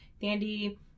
dandy